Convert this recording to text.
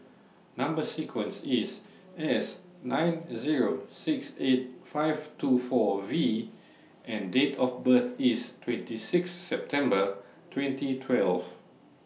Number sequence IS S nine Zero six eight five two four V and Date of birth IS twenty six September twenty twelve